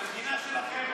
המנגינה שלכם,